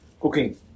cooking